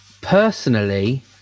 Personally